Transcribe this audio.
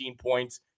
points